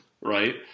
right